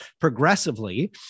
progressively